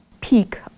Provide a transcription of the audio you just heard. peak